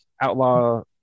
Outlaw